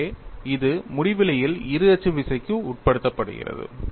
எனவே இது முடிவிலியில் இரு அச்சு விசைக்கு உட்படுத்தப்படுகிறது